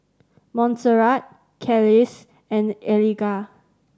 Monserrat Kelis and Eliga